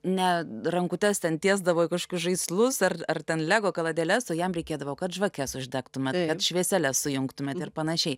ne rankutes ten tiesdavo į kažkokius žaislus ar ar ten lego kaladėles o jam reikėdavo kad žvakes uždegtumėt kad švieseles sujungtumėm ir panašiai